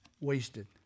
Wasted